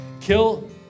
kill